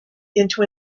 into